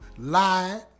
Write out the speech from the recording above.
Lied